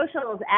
socials